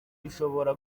bishobora